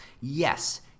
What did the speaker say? yes